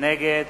נגד